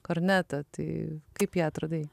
kornetą tai kaip ją atradai